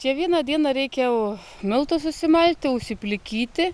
čia vieną dieną reik jau miltus susimalti užsiplikyti